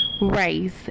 race